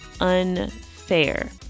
unfair